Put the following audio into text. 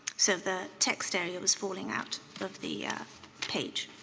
so the text area was falling out of the page.